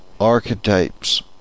archetypes